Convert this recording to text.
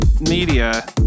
media